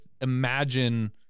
imagine